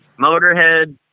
Motorhead